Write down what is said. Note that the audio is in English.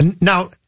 Now